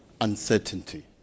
uncertainty